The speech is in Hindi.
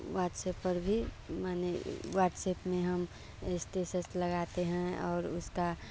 व्हाटसेप पर भी माने व्हाटसेप में हम स्टेसस लगाते हैं और उसका